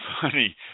funny